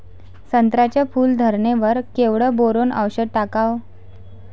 संत्र्याच्या फूल धरणे वर केवढं बोरोंन औषध टाकावं?